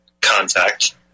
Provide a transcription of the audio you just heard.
contact